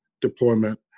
deployment